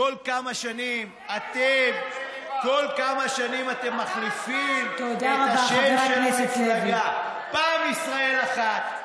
כל כמה שנים אתם מחליפים את השם של המפלגה: פעם ישראל אחת,